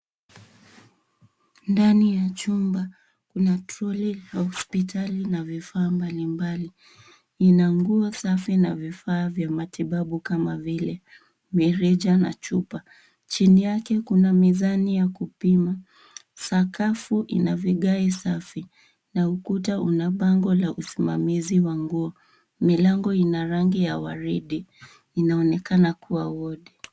Ndani ya chumba, una trolley la hospitali na vifaa mbalimbali. Ina nguo safi na vifaa ya matibabu kama vile mireja na chupa. Chini yake kuna mizani ya kupima. Sakafu, inavigai safi, na ukuta una bango la usimamizi wa nguo. Milango ina rangi ya waridi, inaonekana kuwa wodi.